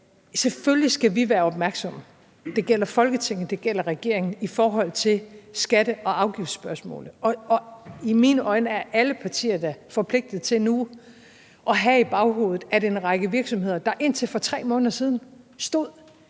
Selvfølgelig skal vi være opmærksomme, det gælder Folketinget, det gælder regeringen, på skatte- og afgiftsspørgsmålet, og i mine øjne er alle partier da forpligtet til nu at have i baghovedet, at en række virksomheder, der indtil for 3 måneder siden stod